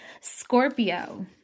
Scorpio